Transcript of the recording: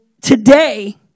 today